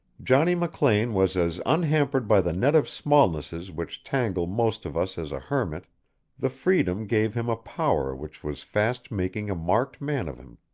johnny mclean was as unhampered by the net of smallnesses which tangle most of us as a hermit the freedom gave him a power which was fast making a marked man of him.